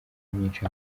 myinshi